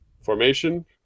formation